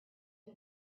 had